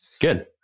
good